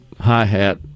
hi-hat